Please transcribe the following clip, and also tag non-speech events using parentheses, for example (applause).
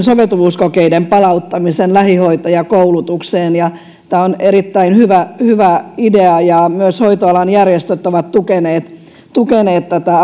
(unintelligible) soveltuvuuskokeiden palauttamisen lähihoitajakoulutukseen tämä on erittäin hyvä hyvä idea ja myös hoitoalan järjestöt ovat tukeneet tukeneet tätä (unintelligible)